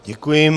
Děkuji.